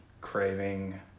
craving